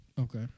Okay